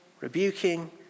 rebuking